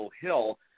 Hill